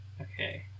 Okay